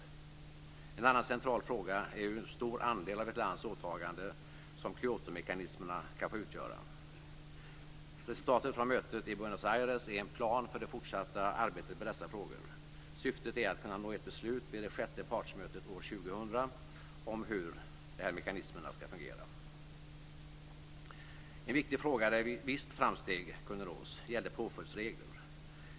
En annan central fråga är hur stor andel av ett lands åtaganden som Kyotomekanismerna skall få utgöra. Resultaten från mötet i Buenos Aires är en plan för det fortsatta arbetet med dessa frågor. Syftet är att kunna nå ett beslut vid det sjätte partsmötet år 2000 om hur de här mekanismerna skall fungera. En viktig fråga där visst framsteg kunde nås gällde påföljdsreglerna.